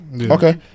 Okay